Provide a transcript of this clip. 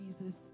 Jesus